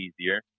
easier